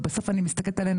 ובסוף אני מסתכלת עלינו,